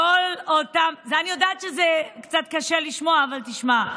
אני יודעת שזה קצת קשה לשמוע, אבל תשמע.